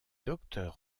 docteur